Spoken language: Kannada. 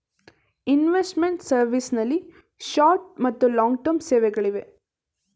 ಇನ್ವೆಸ್ಟ್ಮೆಂಟ್ ಸರ್ವಿಸ್ ನಲ್ಲಿ ಶಾರ್ಟ್ ಮತ್ತು ಲಾಂಗ್ ಟರ್ಮ್ ಸೇವೆಗಳಿಗೆ